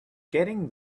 getting